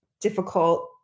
difficult